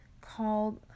Called